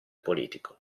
politico